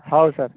ହଉ ସାର୍